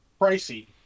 pricey